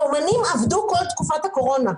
האומנים עבדו כל תקופת הקורונה.